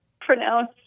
pronounce